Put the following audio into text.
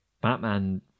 Batman